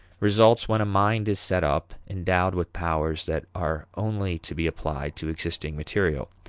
results when a mind is set up, endowed with powers that are only to be applied to existing material.